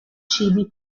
cibi